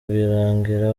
rwirangira